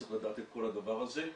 צריך לדעת את כל הדבר הזה.